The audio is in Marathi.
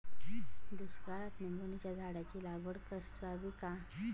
दुष्काळात निंबोणीच्या झाडाची लागवड करावी का?